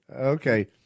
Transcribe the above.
Okay